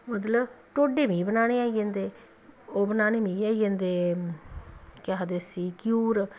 मतलब ढोड्डे मी बनाने आई जंदे ओह् बनाने मिगी आई जंदे केह् आखदे घ्यूर